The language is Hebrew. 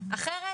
אחרת